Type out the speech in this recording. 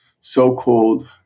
so-called